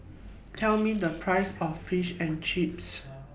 Tell Me The Price of Fish and Chips